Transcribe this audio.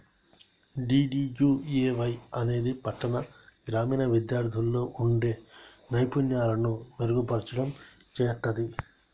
DDUAY అనేది పట్టాణ, గ్రామీణ విద్యార్థుల్లో వుండే నైపుణ్యాలను మెరుగుపర్చడం చేత్తది